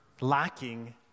lacking